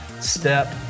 step